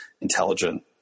intelligent